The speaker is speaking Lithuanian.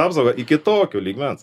apsaugą iki tokio lygmens